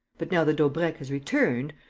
but, now that daubrecq has returned,